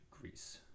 Greece